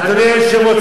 אדוני היושב-ראש,